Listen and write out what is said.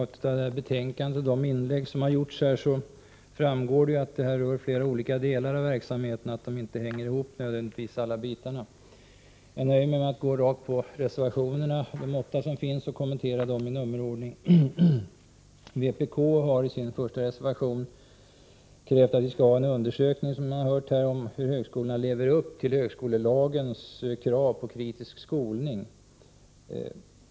Fru talman! Av betänkandet och de inlägg som har gjorts framgår att det här rör sig om flera olika delar av verksamheten och att alla bitar inte nödvändigtvis hänger ihop mer än delvis. Jag nöjer mig med att gå rakt på de åtta reservationerna och kommenterar dem i nummerordning. Vpk harisin första reservation, som vi har hört, krävt en undersökning om hur högskolorna lever upp till högskolelagens krav på kritisk skolning.